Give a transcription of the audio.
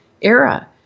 era